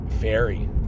fairy